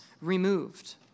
removed